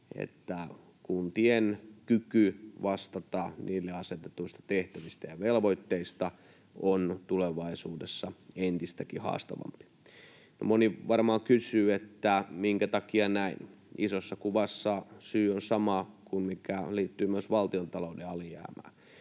että kuntien kyky vastata niille asetetuista tehtävistä ja velvoitteista on tulevaisuudessa entistäkin haastavampi. Moni varmaan kysyy, minkä takia näin. Isossa kuvassa syy on sama kuin mikä liittyy myös valtiontalouden alijäämään: